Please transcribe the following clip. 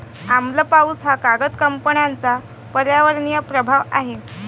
आम्ल पाऊस हा कागद कंपन्यांचा पर्यावरणीय प्रभाव आहे